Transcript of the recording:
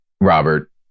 Robert